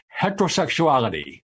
heterosexuality